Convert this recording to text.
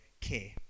care